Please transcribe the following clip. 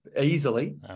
easily